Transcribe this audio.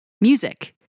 music